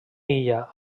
illa